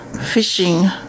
fishing